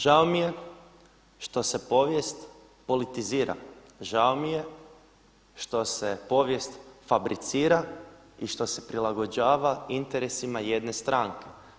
Žao mi je što se povijest politizira, žao mi je što se povijest fabricira i što se prilagođava interesima jedne stranke.